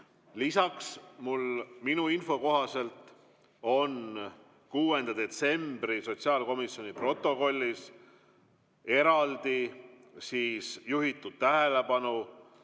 Lisaks, minu info kohaselt on 6. detsembri sotsiaalkomisjoni protokollis eraldi juhitud tähelepanu,